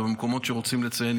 ובמקומות שרוצים לציין,